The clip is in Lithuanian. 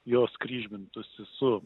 jos kryžmintųsi su